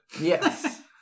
Yes